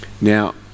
now